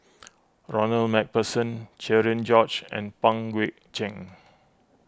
Ronald MacPherson Cherian George and Pang Guek Cheng